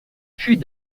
fut